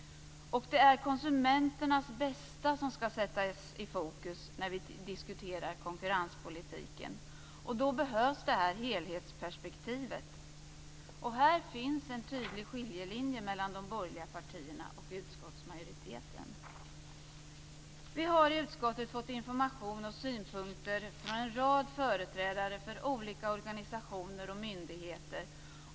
Det är konsumenternas bästa som skall sättas i fokus när vi diskuterar konkurrenspolitiken, och då behövs detta helhetsperspektiv. Här finns en tydlig skiljelinje mellan de borgerliga partierna och utskottsmajoriteten. Vi har i utskottet fått information och synpunkter från en rad företrädare för olika organisationer och myndigheter.